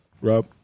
Rob